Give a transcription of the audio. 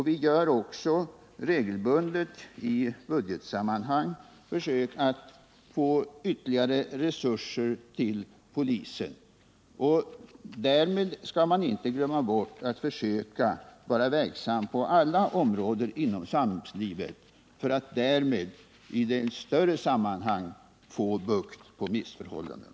Vi gör också regelbundet, i budgetsammanhang, försök att få ytterligare resurser till polisen. Men därmed skall man inte glömma bort att försöka vara verksam på alla områden i samhällslivet för att i det större sammanhanget få bukt på missförhållandena.